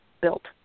built